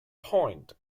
point